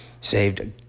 saved